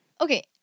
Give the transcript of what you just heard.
Okay